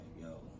yo